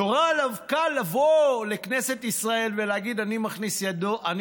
נורא קל לכנסת ישראל לבוא ולהגיד: אני